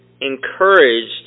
encouraged